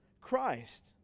christ